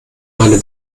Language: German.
meiner